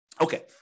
Okay